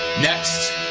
Next